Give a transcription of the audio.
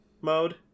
mode